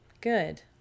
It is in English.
good